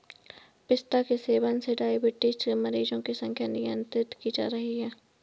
पिस्ता के सेवन से डाइबिटीज के मरीजों की संख्या नियंत्रित की जा रही है